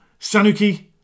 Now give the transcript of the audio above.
Sanuki